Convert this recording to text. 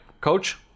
Coach